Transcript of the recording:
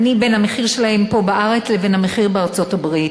בין המחיר שלהן פה בארץ לבין המחיר בארצות-הברית.